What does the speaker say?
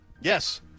Yes